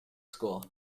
school